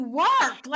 work